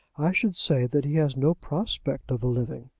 i should say that he has no prospect of a living.